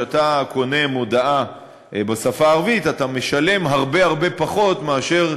כשאתה קונה מודעה בשפה הערבית אתה משלם הרבה הרבה פחות מאשר